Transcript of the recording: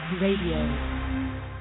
Radio